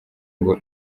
ngo